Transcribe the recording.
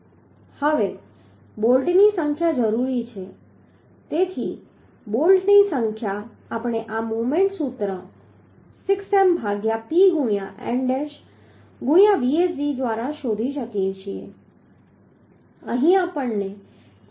હવે બોલ્ટની સંખ્યા જરૂરી છે તેથી બોલ્ટ્સની સંખ્યા આપણે આ મોમેન્ટ સૂત્ર 6M ભાગ્યા P ગુણ્યા nડૅશ ગુણ્યા Vsd દ્વારા શોધી શકીએ છીએ